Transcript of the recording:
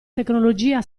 tecnologia